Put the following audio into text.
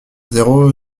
zéro